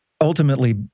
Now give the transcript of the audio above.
ultimately